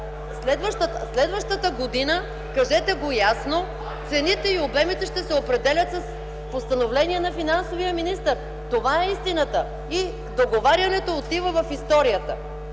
Следващата година – кажете го ясно – цените и обемите ще се определят с постановление на финансовия министър. Това е истината! Договарянето отива в историята.